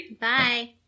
Bye